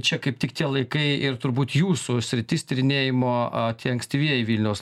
čia kaip tik tie laikai ir turbūt jūsų sritis tyrinėjimo a tie ankstyvieji vilniaus